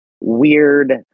weird